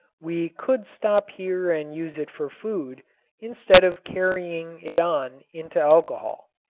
we could stop here and use it for food instead of carrying it on into alcohol.